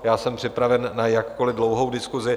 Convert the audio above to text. Já jsem připraven na jakkoli dlouhou diskusi.